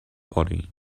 body